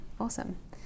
awesome